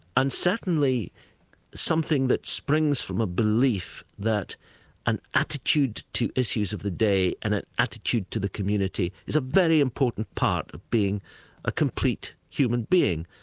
and certainly something that springs from a belief that an attitude to issues of the day and an attitude to the community community is a very important part of being a complete human being.